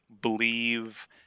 believe